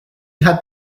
had